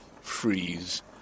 freeze